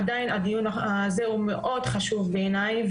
עדיין הדיון הזה הוא מאוד חשוב בעיניי.